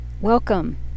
Welcome